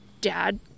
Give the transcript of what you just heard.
dad